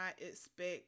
expect